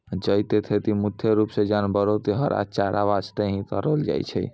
जई के खेती मुख्य रूप सॅ जानवरो के हरा चारा वास्तॅ हीं करलो जाय छै